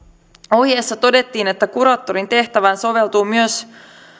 ohjeessa todettiin että kuraattorin tehtävään soveltuu myös